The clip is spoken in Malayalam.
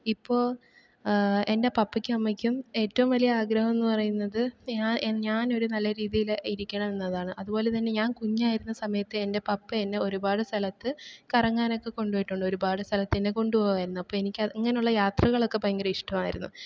ഇപ്പോ എൻറെ പപ്പക്കും അമ്മക്കും ഏറ്റവും വലിയ ആഗ്രഹമെന്ന് പറയുന്നത് ഞാൻ ഒരു നല്ല രീതിയില് ഇരിക്കണം എന്നതാണ് അതുപോലെതന്നെ ഞാൻ കുഞ്ഞായിരുന്ന സമയത്ത് എൻറെ പപ്പ എന്നെ ഒരുപാട് സ്ഥലത്ത് കറങ്ങാനൊക്കെ കൊണ്ടുപോയിട്ടുണ്ട് ഒരുപാട് സ്ഥലത്തെന്നെ കൊണ്ടുപോവുമായിരുന്നു അപ്പോള് എനിക്ക് അങ്ങനെയുള്ള യാത്രകളൊക്കെ ഭയങ്കര ഇഷ്ടമായിരുന്നു